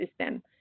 system